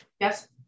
Yes